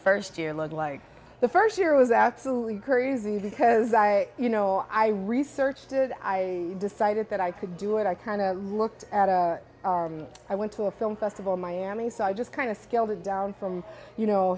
first year look like the first year was absolutely crazy because i you know i researched it i decided that i could do it i kind of looked at it i went to a film festival in miami so i just kind of scaled down from you know